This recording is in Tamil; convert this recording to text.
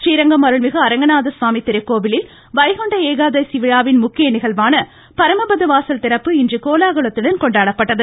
றீரங்கம் அருள்மிகு அரங்கநாதர் சுவாமி திருக்கோவிலில் வைகுண்ட ஏகாதசி விழாவின் முக்கிய நிகழ்வான பரமபதவாசல் திறப்பு இன்று கோலாகலத்துடன் கொண்டாடப்பட்டது